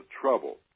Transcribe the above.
trouble